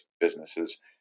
businesses